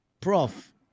Prof